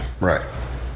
Right